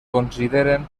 consideren